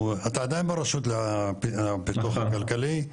אתה עדיין ברשות לפיתוח הכלכלי.